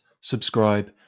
subscribe